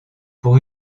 pour